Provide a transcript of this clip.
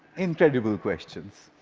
incredible questions